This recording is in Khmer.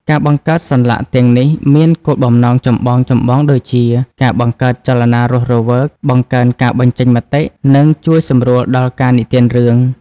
ការបង្កើតសន្លាក់ទាំងនេះមានគោលបំណងចម្បងៗដូចជា ការបង្កើតចលនារស់រវើក បង្កើនការបញ្ចេញមតិ និងជួយសម្រួលដល់ការនិទានរឿង។